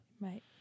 Right